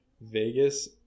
Vegas